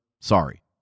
sorry